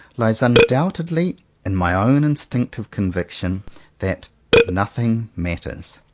lies undoubt edly in my own instinctive conviction that nothing matters,